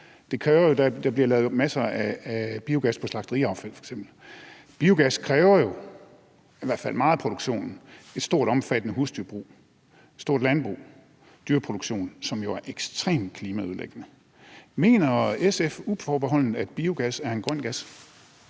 der bliver lavet masser af biogas på f.eks. slagteriaffald. Meget af biogasproduktionen kræver i hvert fald et stort og omfattende husdyrbrug, et stort landbrug og en dyreproduktion, som jo er ekstremt klimaødelæggende. Mener SF uforbeholdent, at biogas er en grøn gas?